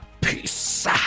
Peace